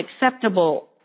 acceptable